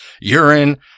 urine